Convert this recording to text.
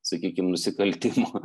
sakykim nusikaltimo